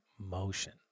motion